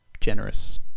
generous